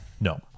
No